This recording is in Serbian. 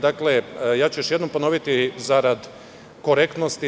Dakle, još jednom ću ponoviti zarad korektnosti.